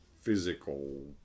physical